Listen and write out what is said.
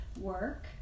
work